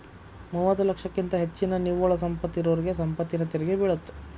ಮೂವತ್ತ ಲಕ್ಷಕ್ಕಿಂತ ಹೆಚ್ಚಿನ ನಿವ್ವಳ ಸಂಪತ್ತ ಇರೋರಿಗಿ ಸಂಪತ್ತಿನ ತೆರಿಗಿ ಬೇಳತ್ತ